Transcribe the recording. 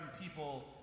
people